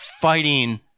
fighting